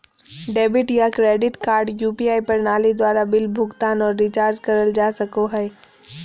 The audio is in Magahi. डेबिट या क्रेडिट कार्ड यू.पी.आई प्रणाली द्वारा बिल भुगतान आर रिचार्ज करल जा सको हय